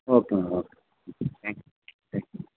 okay madam okay thank you thank